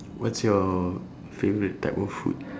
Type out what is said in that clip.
what's your favourite type of food